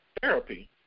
therapy